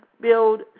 build